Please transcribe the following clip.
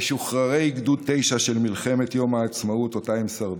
משוחררי גדוד 9 של מלחמת יום העצמאות שבה הם שרדו,